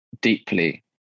deeply